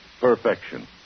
perfection